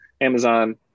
Amazon